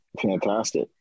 Fantastic